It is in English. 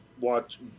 watch